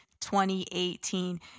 2018